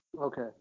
Okay